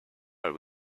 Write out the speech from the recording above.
are